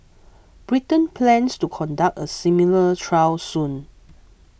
Britain plans to conduct a similar trial soon